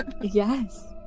Yes